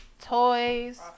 toys